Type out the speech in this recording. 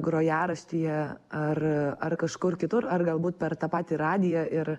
grojaraštyje ar ar kažkur kitur ar galbūt per tą patį radiją ir